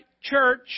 church